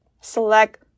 select